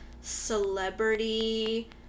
celebrity